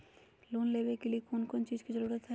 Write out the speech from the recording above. Loan लेबे के लिए कौन कौन चीज के जरूरत है?